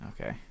Okay